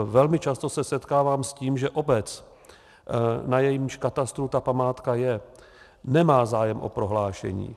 Velmi často se setkávám s tím, že obec, na jejímž katastru ta památka je, nemá zájem o prohlášení.